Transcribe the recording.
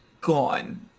gone